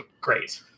Great